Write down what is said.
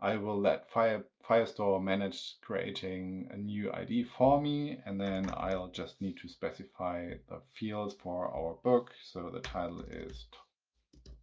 i will let firestore manage creating a new id for me. and then i'll just need to specify a field for our book. so the title is